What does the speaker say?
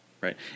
right